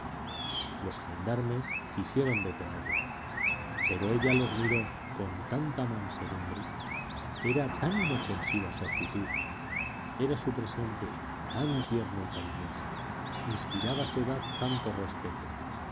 los gendarmes quisieron detenerla pero ella los miró con tanta mansedumbre era tan inofensiva su actitud era su presente tan tierno y cariñoso inspiraba su edad tanto respeto